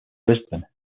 brisbane